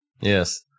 Yes